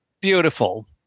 beautiful